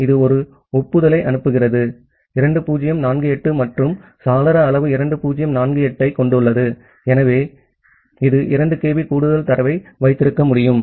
இது ஒரு ஒப்புதலை அனுப்புகிறது 2048 மற்றும் சாளர அளவு 2048 ஐக் கொண்டுள்ளது ஆகவே இது 2 kB கூடுதல் தரவை வைத்திருக்க முடியும்